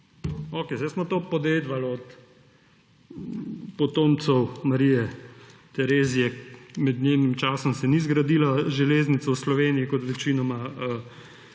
Okej, zdaj smo to podedovali od potomcev Marije Terezije. Med njenim časom se ni zgradila železnica v Sloveniji, kot se večinoma